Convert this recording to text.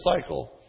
cycle